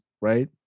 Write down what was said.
right